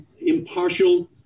impartial